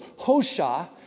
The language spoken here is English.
Hosha